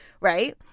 Right